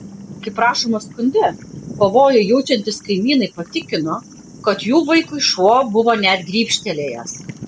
kaip rašoma skunde pavojų jaučiantys kaimynai patikino kad jų vaikui šuo buvo net grybštelėjęs